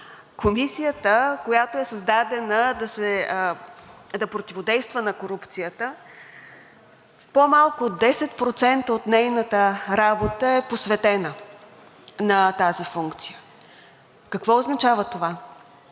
Комисията, която е създадена да противодейства на корупцията, по-малко от 10% от нейната работа е посветена на тази функция. Какво означава това?